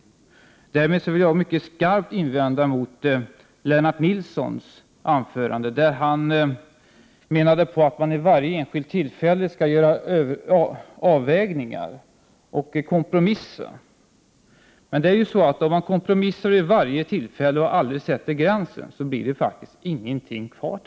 Därmed vill jag mycket skarpt göra en invändning mot Lennart Nilssons anförande. Han sade att man vid varje enskilt tillfälle skall göra avvägningar och kompromissa. Men om man kompromissar vid varje tillfälle och aldrig sätter någon gräns, blir det till slut faktiskt ingenting kvar.